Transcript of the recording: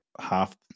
Half